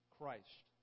Christ